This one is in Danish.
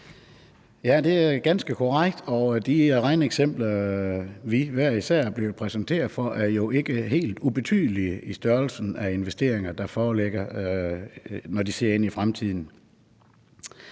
Ja, det er ganske korrekt, og de regneeksempler, vi hver især er blevet præsenteret for, er jo ikke helt ubetydelige i forhold til størrelsen af investeringer, der foreligger, når der ses ind i fremtiden.